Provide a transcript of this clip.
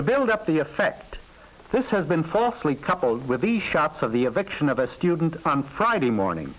to build up the effect this has been falsely coupled with the shots of the of action of a student on friday morning